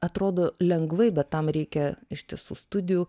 atrodo lengvai bet tam reikia ištisų studijų